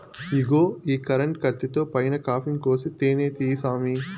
ఇగో ఈ కరెంటు కత్తితో పైన కాపింగ్ కోసి తేనే తీయి సామీ